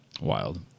Wild